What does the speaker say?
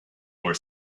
were